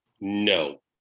No